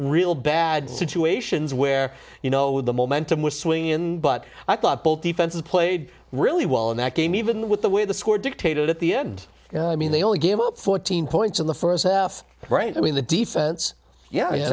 real bad situations where you know the momentum was swinging in but i thought both defenses played really well in that game even with the way the score dictated at the end you know i mean they only gave up fourteen points in the first half right i mean the defense yeah